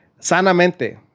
Sanamente